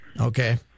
Okay